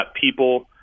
people